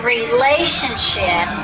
relationship